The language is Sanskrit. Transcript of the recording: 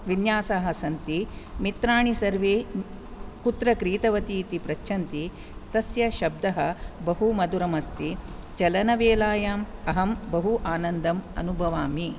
विन्यासः सन्ति मित्राणि सर्वे कुत्र क्रीतवती इति पृच्छन्ति तस्य शब्दः बहु मधुरमस्ति चलनवेलायाम् अहं बहु आनन्दम् अनुभवामि